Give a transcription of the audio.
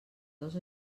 dos